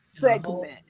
segment